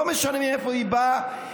לא משנה מאיפה היא באה,